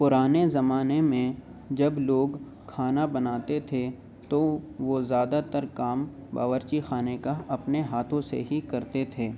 پرانے زمانے میں جب لوگ کھانا بناتے تھے تو وہ زیادہ تر کام باورچی خانے کا اپنے ہاتھوں سے ہی کرتے تھے